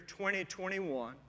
2021